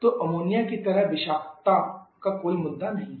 तो अमोनिया की तरह विषाक्तता का कोई मुद्दा नहीं है